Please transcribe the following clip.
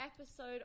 episode